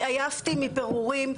אני עייפתי מפירורים,